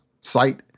site